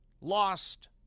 lost